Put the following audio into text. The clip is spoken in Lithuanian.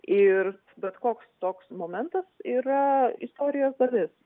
ir bet koks toks momentas yra istorijos dalis